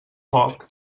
foc